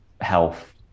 health